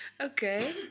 Okay